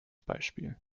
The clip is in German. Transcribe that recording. beispiel